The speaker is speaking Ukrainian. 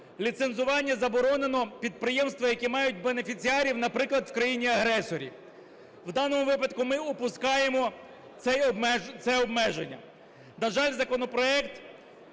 ліцензування заборонено підприємствам, які мають бенефіціарів, наприклад, в країні-агресорі. В даному випадку ми опускаємо це обмеження. На жаль, законопроект,